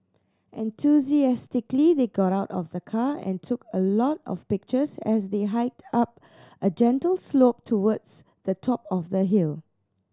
enthusiastically they got out of the car and took a lot of pictures as they hiked up a gentle slope towards the top of the hill